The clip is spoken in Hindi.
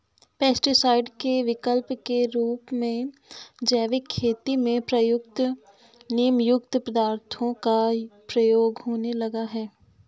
पेस्टीसाइड के विकल्प के रूप में जैविक खेती में प्रयुक्त नीमयुक्त पदार्थों का प्रयोग होने लगा है